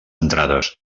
entrades